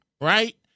right